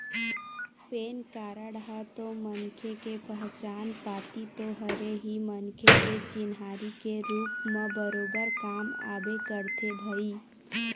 PAN card ह तो मनखे के पहचान पाती तो हरे ही मनखे के चिन्हारी के रुप म बरोबर काम आबे करथे भई